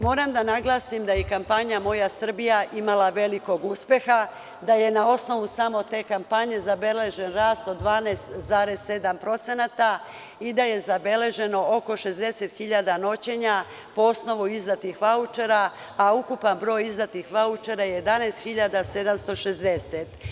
Moram da naglasim da i kampanja „Moja Srbija“ je imala velikog uspeha, da je na osnovu samo te kampanje zabeležen rast od 12,7% i da je zabeleženo oko 60.000 noćenja po osnovu izdatih vaučera, a ukupan broj izdatih vaučera je 11.760.